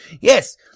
Yes